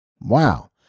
Wow